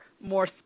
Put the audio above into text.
more